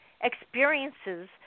experiences